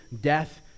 Death